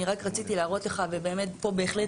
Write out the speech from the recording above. אני רק רציתי להראות לך ובאמת פה בהחלט